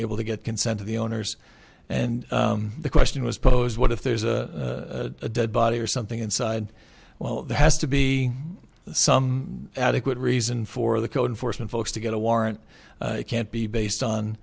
able to get consent of the owners and the question was posed what if there's a dead body or something inside well there has to be some adequate reason for the code enforcement folks to get a warrant it can't be based